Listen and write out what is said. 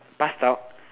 pass out